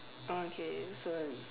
okay so